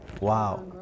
Wow